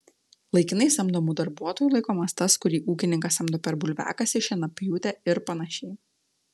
laikinai samdomu darbuotoju laikomas tas kurį ūkininkas samdo per bulviakasį šienapjūtę ir panašiai